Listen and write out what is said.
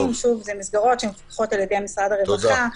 אלה מסגרות שמפוקחות על ידי משרד הרווחה,